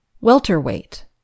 Welterweight